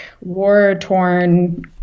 war-torn